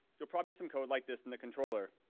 you'll probably have some code like this in the controller.